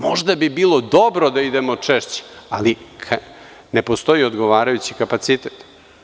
Možda bi bilo dobro da idemo češće, ali ne postoji odgovarajući kapacitet.